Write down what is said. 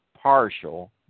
partial